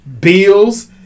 Bills